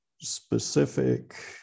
specific